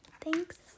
thanks